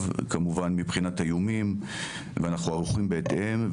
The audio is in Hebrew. כמובן מבחינת האיומים ואנחנו ערוכים בהתאם.